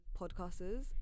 podcasters